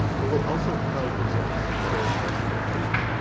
it will also hide results that are accessible to you.